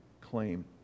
claim